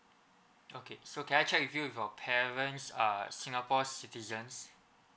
okay so can I check with you if your parents are singapore citizens